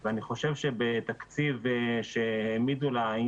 אני בטוחה שאתה יכול להגיד עוד המון